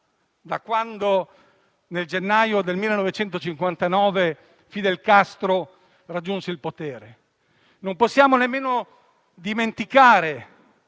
da quando nel gennaio del 1959 Fidel Castro raggiunse il potere. Non possiamo nemmeno dimenticare